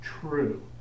true